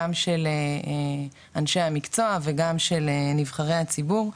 גם של אנשי המקצוע וגם של נבחרי הציבור,